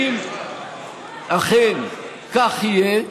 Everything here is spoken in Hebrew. אם אכן כך יהיה,